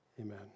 amen